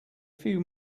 few